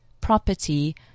property